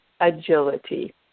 agility